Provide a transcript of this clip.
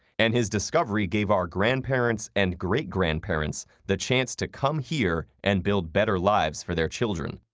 and his discovery gave our grandparents and great-grandparents the chance to come here and build better lives for their children.